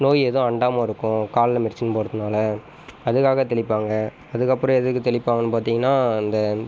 நோய் எதுவும் அண்டாமல் இருக்கும் காலில் மிதிச்சுன்ட்டு போகிறதுனால அதுகாக தெளிப்பாங்க அதுக்கு அப்புறம் எதுக்கு தெளிப்பாங்கன்னு பார்த்தீங்கனா அந்த